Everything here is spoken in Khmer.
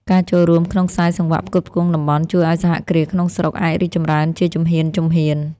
ការចូលរួមក្នុងខ្សែសង្វាក់ផ្គត់ផ្គង់តំបន់ ជួយឱ្យសហគ្រាសក្នុងស្រុកអាចរីកចម្រើនជាជំហានៗ។